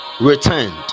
returned